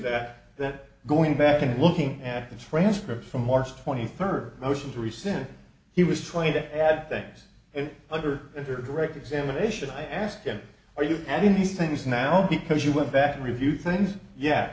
that that going back and looking at the transcript from march twenty third motion to reset he was trying to add things it either direct examination i asked him are you having these things now because you went back and review things ye